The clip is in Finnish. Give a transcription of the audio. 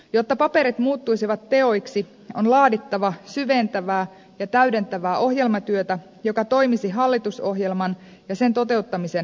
jotta paperit muuttuisivat teoiksi on laadittava syventävää ja täydentävää ohjelmatyötä joka toimisi hallitusohjelman ja sen toteuttamisen pohjana